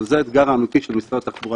אבל זה האתגר האמיתי של משרד התחבורה,